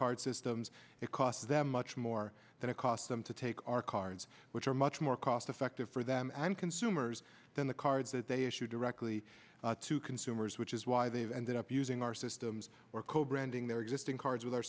card systems it costs them much more than it costs them to take our cards which are much more cost effective for them and consumers than the cards that they issued directly to consumers which is why they've ended up using our systems or code branding their existing cards with our